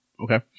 Okay